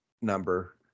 number